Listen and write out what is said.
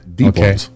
Okay